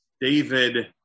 David